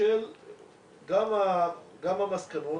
של המסקנות,